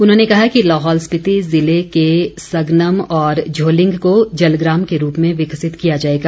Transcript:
उन्होंने कहा कि लाहौल स्पिति जिले के सगनम और झोलिंग को जलग्राम के रूप में विकसित किया जाएगा